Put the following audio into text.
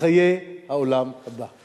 לחיי העולם הבא.